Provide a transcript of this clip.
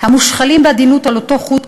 המושחלים בעדינות על אותו חוט,